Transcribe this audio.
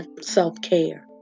self-care